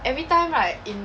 every time right in